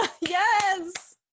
Yes